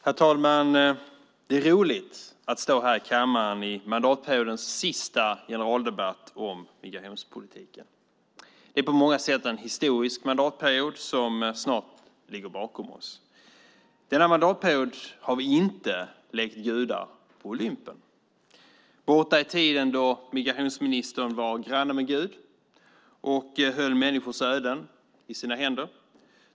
Herr talman! Det är roligt att stå här i kammaren i mandatperiodens sista generaldebatt om migrationspolitiken. Det är på många sätt en historisk mandatperiod som snart ligger bakom oss. Den här mandatperioden har vi inte lekt gudar på Olympen. Borta är tiden då migrationsministern var granne med Gud och höll människors öden i sina händer.